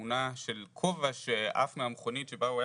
תמונה של כובע שעף מהמכונית שבה הוא היה